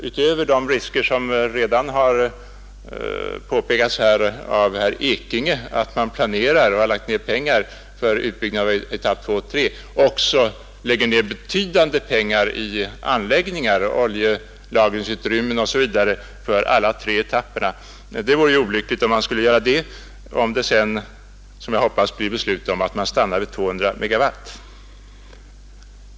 Utöver de risker som redan har påpekats här av herr Ekinge — att man redan har lagt ner pengar för projektering av etapperna 2 och 3 — bör man inte lägga betydande belopp i anläggningar, oljelagringsutrymmen osv. för alla tre etapperna. Det vore olyckligt om man skulle göra det om det sedan blir beslutat — som jag hoppas — att man skall stanna vid 200 MW.